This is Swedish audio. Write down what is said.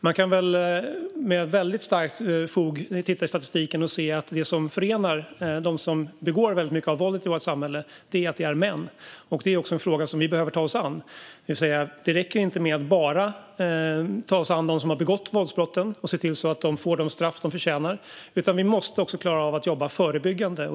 Man kan titta i statistiken och med väldigt starkt fog säga att det som förenar dem som begår mycket av våldet i vårt samhälle är att de är män. Det är en fråga som vi behöver ta oss an, det vill säga att det inte räcker att bara ta oss an dem som har begått våldsbrotten och se till att de får de straff de förtjänar. Vi måste också klara av att jobba förebyggande.